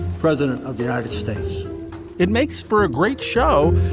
president of the united states it makes for a great show,